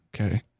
Okay